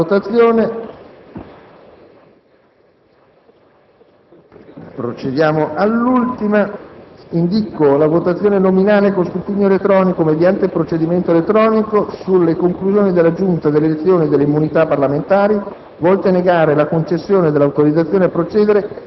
Indìco la votazione nominale con scrutinio simultaneo, mediante procedimento elettronico, sulle conclusioni della Giunta delle elezioni e delle immunità parlamentari volte a negare la concessione dell'autorizzazione a procedere nei confronti di Walter Cretella Lombardo. Dichiaro aperta la votazione.